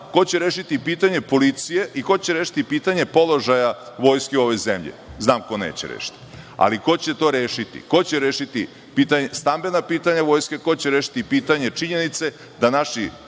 ko će rešiti pitanje policije i ko će rešiti pitanje položaja vojske u ovoj zemlji? Znam ko neće rešiti, ali ko će to rešiti? Ko će rešiti stambena pitanja vojske? Ko će rešiti pitanje činjenice da su naši